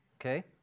okay